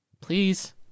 Please